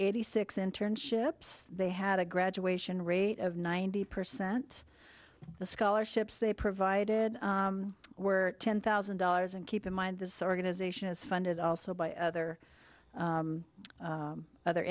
eighty six internships they had a graduation rate of ninety percent the scholarships they provided were ten thousand dollars and keep in mind this organization is funded also by other